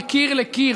מקיר לקיר,